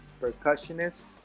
percussionist